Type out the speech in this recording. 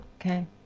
Okay